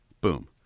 boom